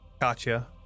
Gotcha